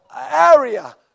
area